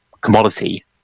commodity